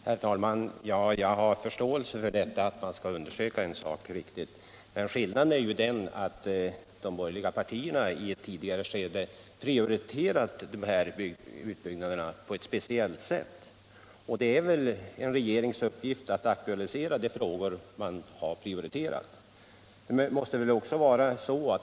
Herr talman! Jag har förståelse för detta att man skall undersöka en sak riktigt. Men skillnaden är ju den att de borgerliga partierna i ett tidigare skede prioriterat ostkustbanans förlängning på ett speciellt sätt, och det är väl en regerings uppgift att aktualisera de frågor man har prioriterat.